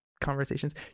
conversations